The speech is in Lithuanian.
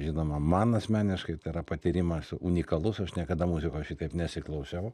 žinoma man asmeniškai tai yra patyrimas unikalus aš niekada muzikos šitaip nesiklausiau